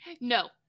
No